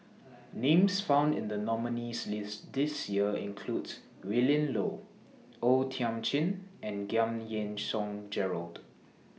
Names found in The nominees' list This Year includes Willin Low O Thiam Chin and Giam Yean Song Gerald